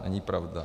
Není pravda.